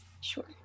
sure